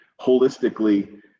holistically